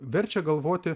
verčia galvoti